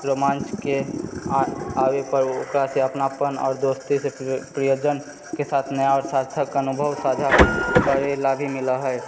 रोमाञ्चके आ आबै पर ओकरा से अपनापन आओर दोस्ती से प्रि प्रियजनके साथ नया साथक अनुभव साझा करै लागै मिलऽ हय